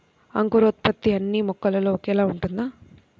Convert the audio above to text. అంకురోత్పత్తి అన్నీ మొక్కలో ఒకేలా ఉంటుందా?